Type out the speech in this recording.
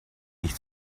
nicht